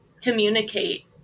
communicate